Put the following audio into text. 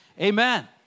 Amen